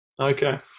Okay